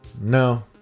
No